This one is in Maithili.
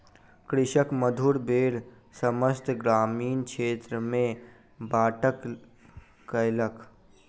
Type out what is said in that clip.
कृषक मधुर बेर समस्त ग्रामीण क्षेत्र में बाँटलक कयलक